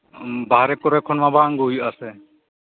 ᱵᱟᱦᱨᱮ ᱠᱚᱨᱮ ᱠᱷᱚᱱ ᱵᱟᱝ ᱟᱹᱜᱩᱭ ᱦᱩᱭᱩᱜᱼᱟ ᱥᱮ